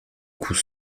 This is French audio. coups